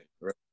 Right